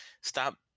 stop